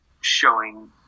showing